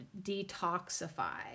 detoxify